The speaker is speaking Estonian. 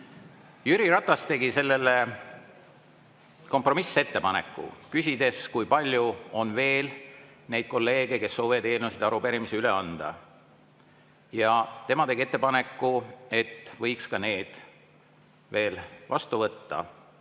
Jüri Ratas tegi sellele kompromissettepaneku. Ta küsis, kui palju on veel neid kolleege, kes soovivad eelnõusid ja arupärimisi üle anda. Ta tegi ettepaneku, et võiks need veel vastu võtta.